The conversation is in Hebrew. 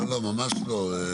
לא, ממש לא.